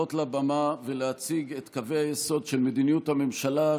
לעלות לבמה ולהציג את קווי היסוד של מדיניות הממשלה,